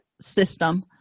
system